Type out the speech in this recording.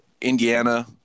Indiana